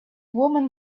woman